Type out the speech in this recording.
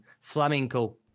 flamenco